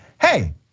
hey